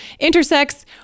intersex